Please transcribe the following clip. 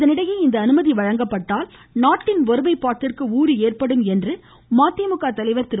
இதனிடையே இந்த அனுமதி வழங்கப்பட்டால் நாட்டின் ஒருமைப்பாட்டிற்கு ஊறு ஏற்படும் என்று மதிமுக தலைவர் திரு